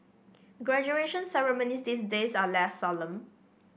graduation ceremonies these days are less solemn